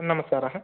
नमस्काराः